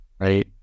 right